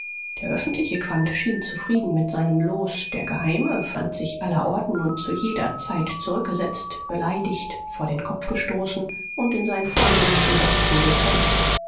der öffentliche quandt schien zufrieden mit seinem los der geheime fand sich allerorten und zu jeder zeit zurückgesetzt beleidigt vor den kopf gestoßen und in seinen vornehmsten rechten gekränkt